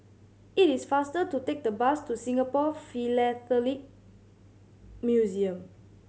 it is faster to take the bus to Singapore Philatelic Museum